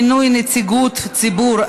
מינוי נציגות ציבור),